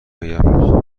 آیم